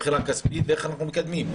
ואיך אנחנו מתקדמים.